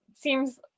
seems